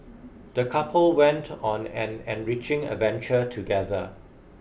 the couple went on an enriching adventure together